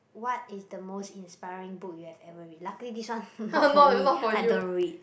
what is the most inspiring book you have ever read luckily this one not for me I don't read